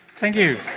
thank you.